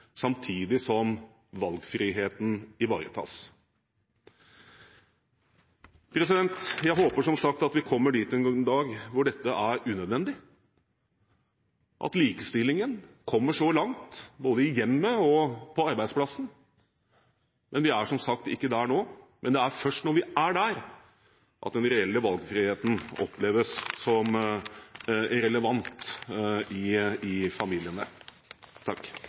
samtidig som valgfriheten ivaretas. Jeg håper, som sagt, at vi en dag kommer dit at dette er unødvendig, at likestillingen kommer så langt både i hjemmet og på arbeidsplassen. Vi er ikke der nå, men det er først når vi er der, den reelle valgfriheten oppleves som relevant i familiene.